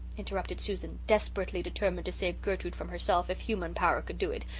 interrupted susan, desperately determined to save gertrude from herself, if human power could do it,